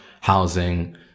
housing